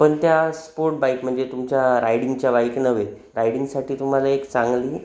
पण त्या sport bike म्हणजे तुमच्या रायडिंगच्या बाईक नव्हे रायडिंगसाठी तुम्हाला एक चांगली